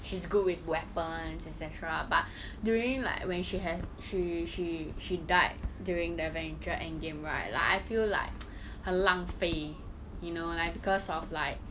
she's good with weapons etcetera but during like when she have she she she died during the avenger endgame right like I feel like 浪费 you know like because of like